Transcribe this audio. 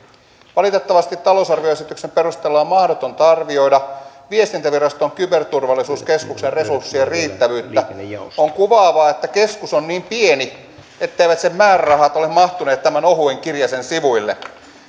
valitettavasti talousarvioesityksen perusteella on mahdotonta arvioida viestintäviraston kyberturvallisuuskeskuksen resurssien riittävyyttä on kuvaavaa että keskus on niin pieni etteivät sen määrärahat ole mahtuneet tämän ohuen kirjasen sivuille